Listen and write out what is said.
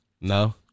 No